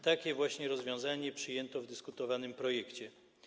Takie właśnie rozwiązanie przyjęto w dyskutowanym projekcie.